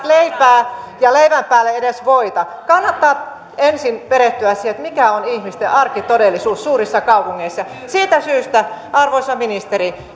leipää ja leivän päälle edes voita kannattaa ensin perehtyä siihen mikä on ihmisten arkitodellisuus suurissa kaupungeissa ettekö arvoisa ministeri